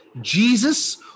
Jesus